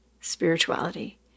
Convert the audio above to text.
spirituality